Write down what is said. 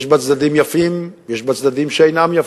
יש בה צדדים יפים, יש בה צדדים שאינם יפים.